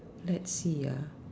let's see